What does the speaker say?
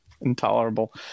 intolerable